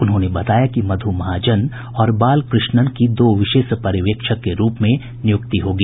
उन्होंने बताया कि मध् महाजन और बालकृष्णन की दो विशेष पर्यवेक्षक के रूप में नियुक्ति होगी